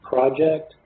Project